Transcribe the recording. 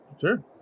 Sure